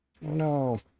no